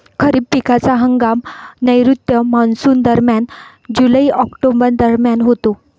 खरीप पिकांचा हंगाम नैऋत्य मॉन्सूनदरम्यान जुलै ऑक्टोबर दरम्यान होतो